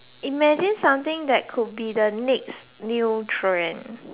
imagine something that could be the next new trend